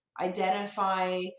identify